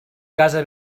casa